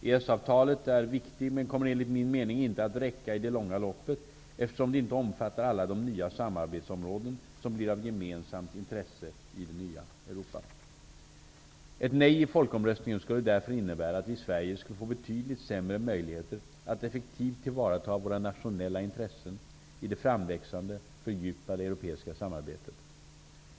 EES-avtalet är viktigt men kommer enligt min mening inte att räcka i det långa loppet, eftersom det inte omfattar alla de nya samarbetsområden som blir av gemensamt intresse i det nya Europa. Ett nej i folkomröstningen skulle därför innebära att vi i Sverige skulle få betydligt sämre möjligheter att effektivt tillvarata våra nationella intressen i det framväxande fördjupade europeiska samarbetet.